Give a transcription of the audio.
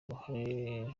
uruhare